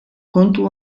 kontu